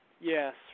Yes